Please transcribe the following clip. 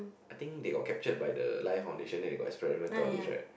I think they got captured by the life foundation then they got experimented all these right